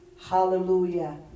Hallelujah